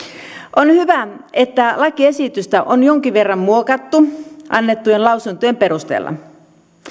on hyvä että lakiesitystä on jonkin verran muokattu annettujen lausuntojen perusteella